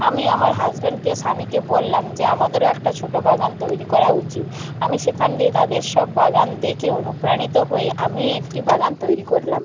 আমি আমার হাজবেন্ডকে স্বামীকে বললাম যে আমাদেরও একটা ছোটো বাগান তৈরি করা উচিত আমি সেখান দিয়ে তাদের সব বাগান দেখে অনুপ্রাণিত হয়ে আমিও একটি বাগান তৈরি করলাম